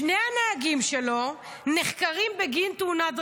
שני הנהגים שלו נחקרים בגין תאונת דרכים.